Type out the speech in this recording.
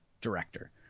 director